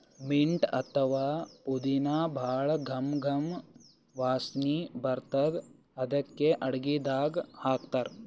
mint ಅಥವಾ ಪುದಿನಾ ಭಾಳ್ ಘಮ್ ಘಮ್ ವಾಸನಿ ಬರ್ತದ್ ಅದಕ್ಕೆ ಅಡಗಿದಾಗ್ ಹಾಕ್ತಾರ್